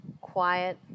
quiet